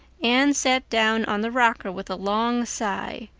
anne sat down on the rocker with a long sigh,